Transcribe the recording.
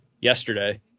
yesterday